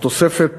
התוספת